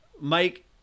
Mike